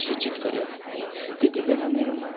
सूचित गऱ्यो त्यतिबेला मेरोमा